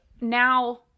now